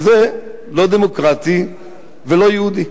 וזה לא דמוקרטי ולא יהודי.